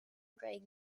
drag